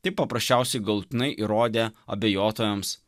tai paprasčiausiai galutinai įrodė abejotojams